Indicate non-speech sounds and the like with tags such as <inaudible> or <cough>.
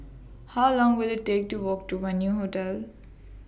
<noise> How Long Will IT Take to Walk to Venue Hotel